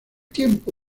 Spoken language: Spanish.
tiempo